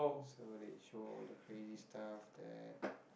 so they show all the crazy stuff that